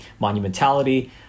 monumentality